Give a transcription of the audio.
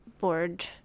board